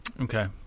Okay